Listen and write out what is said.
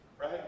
Right